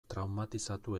traumatizatu